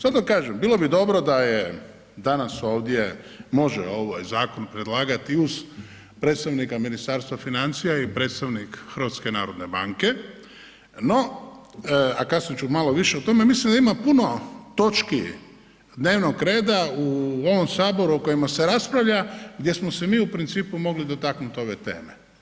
Zato kažem, bilo bi dobro da je danas ovdje, može ovaj zakon predlagati i uz predstavnika Ministarstva financija i predstavnik HNB-a, no a kasnije ću malo više o tome, mislim da ima puno točki dnevnog reda u ovom saboru o kojima se raspravlja gdje smo se mi u principu mogli dotaknuti ove teme.